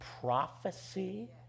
prophecy